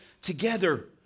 together